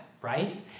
right